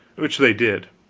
which they did.